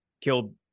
killed